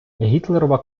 гітлерова